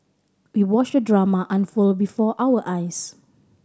we watched the drama unfold before our eyes